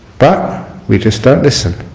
but we just don't listen.